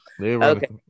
okay